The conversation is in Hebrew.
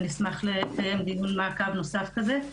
ואני אשמח לקיים דיון מעקב נוסף כזה.